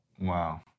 Wow